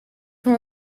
van